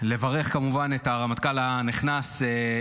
בהזדמנות הזאת אני רוצה לברך את הרמטכ"ל הנכנס זמיר.